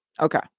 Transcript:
Okay